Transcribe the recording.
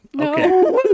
Okay